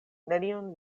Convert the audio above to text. nenion